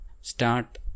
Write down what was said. start